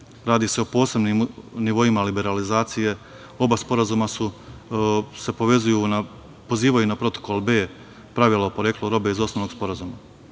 Radi se o posebnim nivoima liberalizacije, oba sporazuma se pozivaju na protokol B pravila o poreklu robe iz osnovnog sporazuma.